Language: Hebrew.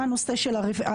מה עם הנושא הרפואי?